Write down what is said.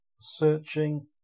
searching